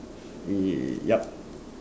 yup